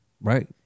Right